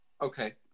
okay